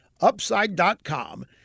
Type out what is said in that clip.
Upside.com